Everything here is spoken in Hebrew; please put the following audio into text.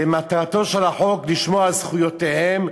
ומטרתו של החוק לשמור על זכויותיהם,